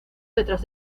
detrás